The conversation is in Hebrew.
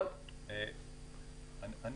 אני